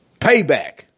Payback